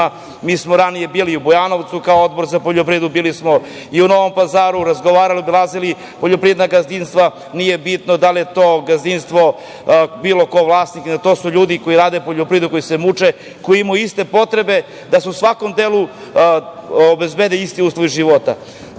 Mi smo ranije bili u Bujanovcu kao Odbor za poljoprivredu, bili smo i u Novom Pazaru. Razgovarali smo i obilazili poljoprivredna gazdinstva. Nije bitno da li je to gazdinstvo bilo kog vlasnika. To su ljudi koji rade poljoprivredu, koji se muče, koji imaju iste potrebe da se u svakom delu obezbede isti uslovi života.